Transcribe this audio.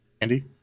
Andy